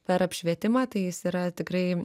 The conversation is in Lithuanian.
per apšvietimą tai jis yra tikrai